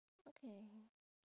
okay